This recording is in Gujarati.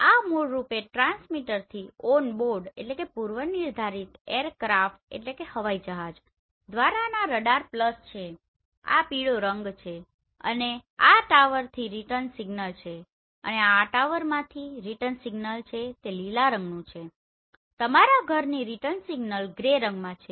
તો આ મૂળરૂપે ટ્રાન્સમીટરથી ઓનબોર્ડOnboardપૂર્વનિર્ધારિત એરક્રાફ્ટAircraft હવાઈ જહાજ દ્વારા ના રડાર પલ્સ છે આ પીળો રંગ છે અને આ ટાવરથી રીટર્ન સિગ્નલ છે અને આ આ ટાવરમાંથી રીટર્ન સિગ્નલ છે તે લીલા રંગનું છે અને તમારા ઘરમાંથી રીટર્ન સિગ્નલ ગ્રે રંગમાં છે